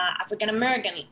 African-American